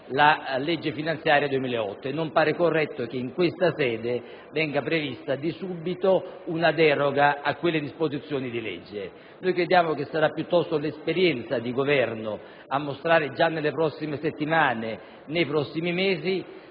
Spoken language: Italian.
la legge finanziaria 2008 e non pare corretto che in questa sede venga prevista subito una deroga a quelle disposizioni di legge. Noi crediamo che sarà piuttosto l'esperienza di Governo a mostrare, già nelle prossime settimane e nei prossimi mesi,